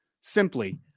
simply